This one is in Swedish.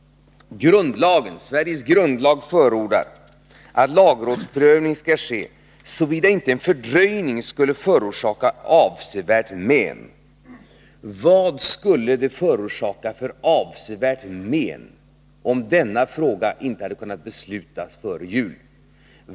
Sveriges grundlag förordar att lagrådsprövning skall ske, såvida inte en fördröjning skulle förorsaka avsevärt men. Vad skulle det ha förorsakat för ”avsevärt men”, om beslut i denna fråga inte hade kunnat fattas före jul?